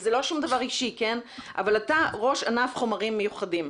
זה לא שום דבר אישי אבל אתה ראש ענף חומרים מיוחדים,